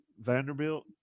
Vanderbilt